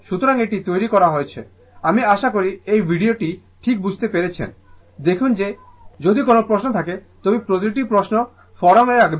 সুতরাং এটি তৈরি করা হয়েছে আমি আশা করি এই ভিডিও টি ঠিক বুঝতে পেরেছেন সময় দেখুন 0449 দেখুন যে যদি কোন প্রশ্ন থাকে তবে প্রতিটি প্রশ্ন ফোরামে রাখবেন